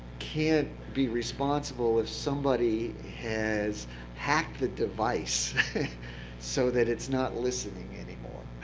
can't be responsible if somebody has hacked the device so that it's not listening anymore.